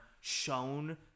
shown